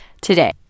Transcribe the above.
today